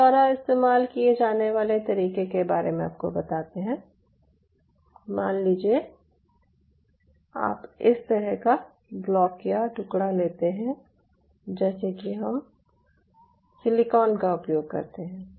हमारे द्वारा इस्तेमाल किए जाने वाले तरीके के बारे में आपको बताते हैं मान लीजिये आप इस तरह का ब्लॉक या टुकड़ा लेते हैं जैसे कि हम सिलिकॉन का उपयोग करते हैं